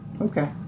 Okay